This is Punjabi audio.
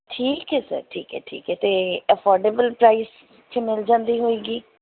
ਠੀਕ ਹੈ ਸਰ ਠੀਕ ਹੈ ਠੀਕ ਹੈ ਅਤੇ ਅਫੋਡੇਬਲ ਪ੍ਰਾਈਜ 'ਚ ਮਿਲ ਜਾਂਦੀ ਹੋਵੇਗੀ